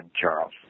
Charles